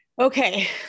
Okay